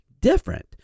different